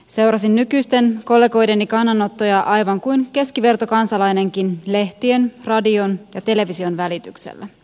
seurasin nykyisten kollegoideni kannanottoja aivan kuin keskivertokansalainenkin lehtien radion ja television välityksellä